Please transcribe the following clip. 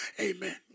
Amen